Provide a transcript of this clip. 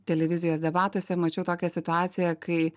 televizijos debatuose mačiau tokią situaciją kai